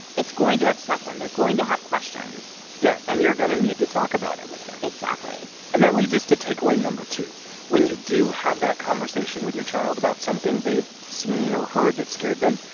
it's going to upset them. they're going to have questions yeah. and you're going to need to talk about it with them exactly and that leads us to takeaway no. two when you do have that conversation with your child about something they've seen or heard that scared them,